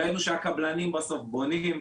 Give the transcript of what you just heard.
ראינו שהקבלנים בסוף בונים,